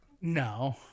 No